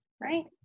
right